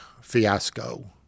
fiasco